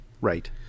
right